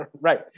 Right